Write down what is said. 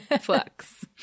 flux